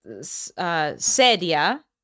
sedia